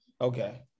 Okay